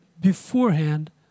beforehand